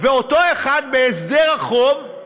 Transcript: ואותו אחד, בהסדר החוב,